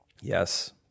Yes